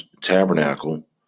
tabernacle